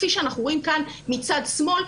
כפי שאנחנו רואים כאן מצד שמאל,